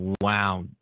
Wow